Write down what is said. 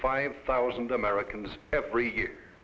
five thousand americans every year